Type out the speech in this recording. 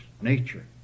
nature